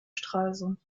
stralsund